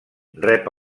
rep